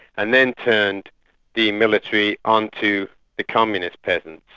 and then turned the military onto the communist peasants.